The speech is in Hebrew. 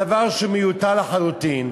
דבר מיותר לחלוטין.